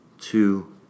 two